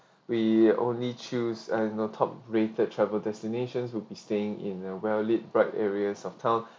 we only chills and on top rated travel destinations will be staying in a well lit bright areas of town